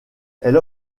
elle